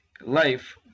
Life